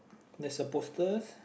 there's a posters